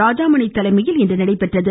ராஜாமணி தலைமையில் இன்று நடைபெற்றது